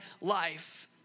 life